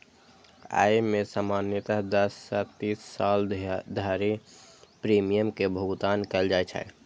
अय मे सामान्यतः दस सं तीस साल धरि प्रीमियम के भुगतान कैल जाइ छै